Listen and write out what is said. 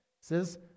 says